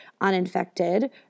uninfected